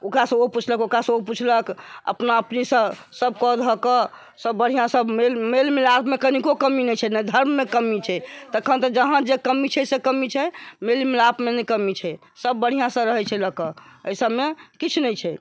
ओकरा सँ ओ पुछलक ओकरा सँ ओ पुछलक अपना अपनी सँ सब कऽ धऽ कऽ सब बढ़िऑं सँ सब मेल मिलाप मे कनीको कमी नहि छै ने धर्म मे कमी छै तखन तऽ जहाँ जे कमी छै से कमी छै मेल मिलाप मे नहि कमी छै सब बढ़िऑं सँ रहै छै लए कऽ एहिसब मे किछु नहि छै